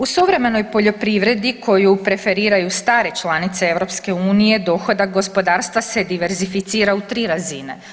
U suvremenoj poljoprivredi koju preferiraju stare članice EU dohodak gospodarstva se diverzificira u 3 razine.